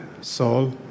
Saul